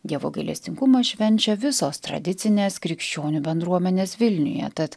dievo gailestingumą švenčia visos tradicinės krikščionių bendruomenės vilniuje tad